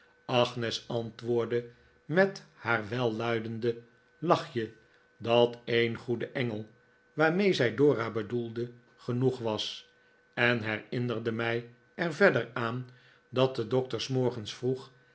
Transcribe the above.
agnes antwoordde met haar welluidende lachje dat een goede engel waarmee zij dora bedoelde genoeg was en herinnerde mij er verder aan dat de doctor s morgens vroeg